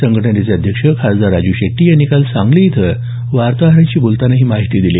संघटनेचे अध्यक्ष खासदार राजू शेट्टी यांनी काल सांगली इथं वार्ताहरांशी बोलतांना ही माहिती दिली